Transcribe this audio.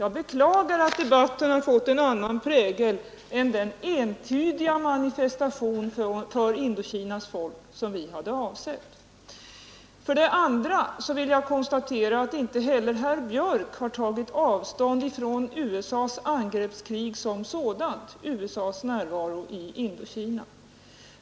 Jag beklagar att debatten har fått en annan prägel än den entydiga manifestation för Indokinas folk som vi hade avsett. För det andra vill jag konstatera att inte heller herr Björck i Nässjö har tagit avstånd ifrån USA:s angreppskrig som sådant, från USA:s närvaro i Indokina.